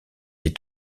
est